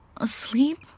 Asleep